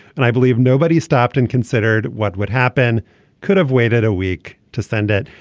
and i believe nobody stopped and considered what would happen could have waited a week to send it.